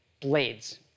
Blades